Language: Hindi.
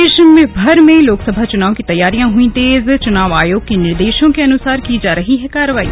प्रदेशभर में लोकसभा चुनाव की तैयारियां हुई तेजचुनाव आयोग के निर्देशों के अनुसार की जा रही कार्रवाई